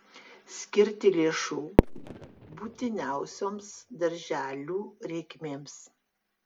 skirti lėšų būtiniausioms darželių reikmėms